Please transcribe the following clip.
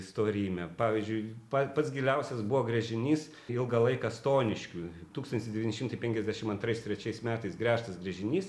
storymę pavyzdžiui pa pats giliausias buvo gręžinys ilgą laiką stoniškių tūkstantis devyni šimtai penkiasdešim antrais trečiais metais gręžtas gręžinys